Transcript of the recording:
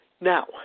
Now